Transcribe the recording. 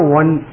one